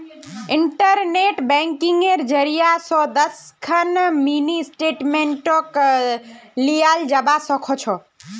internet बैंकिंगेर जरियई स दस खन मिनी स्टेटमेंटक लियाल जबा स ख छ